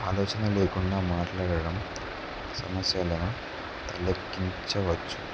ఆలోచన లేకుండా మాట్లాడడం సమస్యలను తలెత్తించవచ్చు